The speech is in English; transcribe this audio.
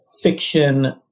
fiction